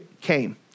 came